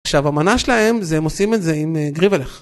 עכשיו המנה שלהם זה הם עושים את זה עם גריבלך.